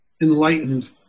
Enlightened